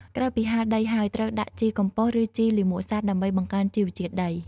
ក្រោយពីហាលដីហើយ ត្រូវដាក់ជីកំប៉ុស្ត ឬជីលាមកសត្វ ដើម្បីបង្កើនជីវជាតិដី។